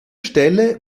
stelle